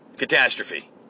Catastrophe